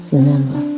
Remember